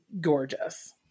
gorgeous